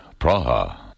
Praha